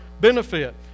benefit